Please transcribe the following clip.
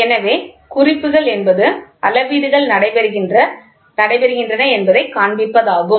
எனவே குறிப்புகள் என்பது அளவீடுகள் நடைபெறுகின்றன என்பதைக் காண்பிப்பதாகும்